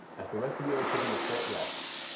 as the rest of you are taking a short rest,